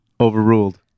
Overruled